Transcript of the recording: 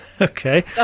Okay